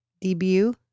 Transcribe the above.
debut